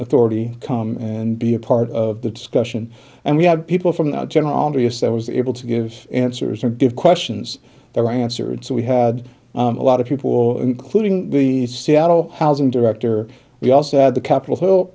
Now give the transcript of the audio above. authority come and be a part of the discussion and we had people from the general various i was able to give answers or give questions they were answered so we had a lot of people including the seattle housing director we also had the capitol hill